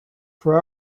for